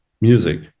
music